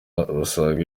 basaga